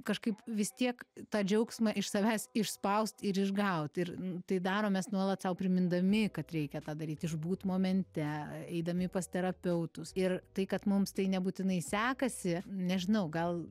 kažkaip vis tiek tą džiaugsmą iš savęs išspaust ir išgaut ir tai darom mes nuolat sau primindami kad reikia tą daryt išbūt momente eidami pas terapeutus ir tai kad mums tai nebūtinai sekasi nežinau gal